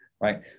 right